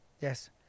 Yes